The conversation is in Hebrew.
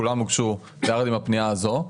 כולן הוגשו יחד עם הפנייה הזאת,